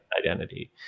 identity